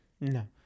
No